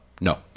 No